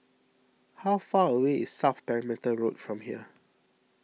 how far away is South Perimeter Road from here